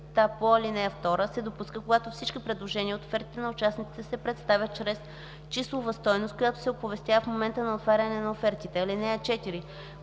по ал. 2 се допуска, когато всички предложения от офертите на участниците се представят чрез числова стойност, която се оповестява в момента на отваряне на офертите. (4)